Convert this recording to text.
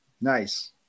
Nice